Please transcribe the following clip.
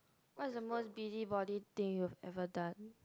what is the most busybody thing you have ever done